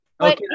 Okay